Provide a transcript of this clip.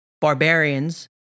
Barbarians